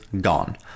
gone